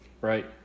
Right